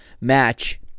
match